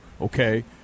okay